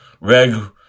Reg